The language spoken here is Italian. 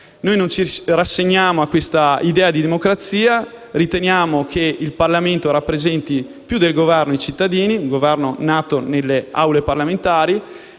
Noi non ci rassegniamo a questa idea di democrazia. Riteniamo che il Parlamento rappresenti più del Governo i cittadini (il Governo nato nelle Aule parlamentari)